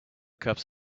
cups